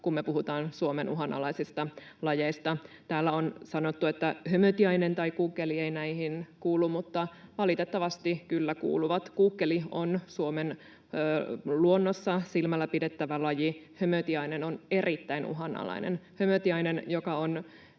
kun me puhutaan Suomen uhanalaisista lajeista. Täällä on sanottu, että hömötiainen tai kuukkeli eivät näihin kuulu, mutta valitettavasti kyllä kuuluvat: kuukkeli on Suomen luonnossa silmälläpidettävä laji, ja hömötiainen on erittäin uhanalainen. Hömötiainen on